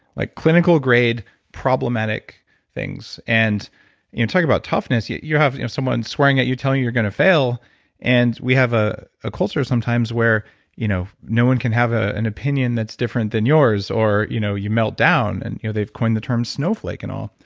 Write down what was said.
like clinical-grade problematic things. and you're talking about toughness, you have you know someone swearing at you telling you you're going to fail and we have ah a culture sometimes where you know no one can have ah an opinion that's different than yours, or you know you melt down. and you know they've coined the term snowflake and all.